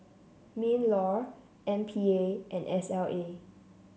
Minlaw M P A and S L A